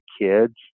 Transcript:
kids